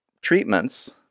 treatments